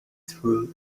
through